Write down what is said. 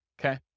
Okay